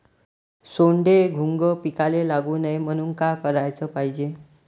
सोंडे, घुंग पिकाले लागू नये म्हनून का कराच पायजे?